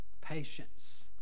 patience